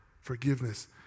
Forgiveness